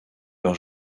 leur